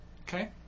Okay